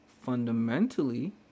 fundamentally